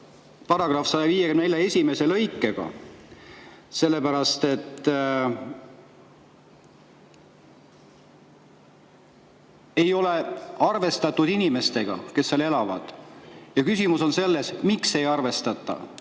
ka § 154 esimese lõikega, sellepärast et ei ole arvestatud inimestega, kes seal elavad. Küsimus on selles, miks ei arvestata.